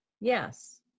Yes